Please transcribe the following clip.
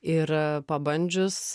ir pabandžius